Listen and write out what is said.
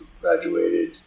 graduated